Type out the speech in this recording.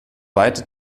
weite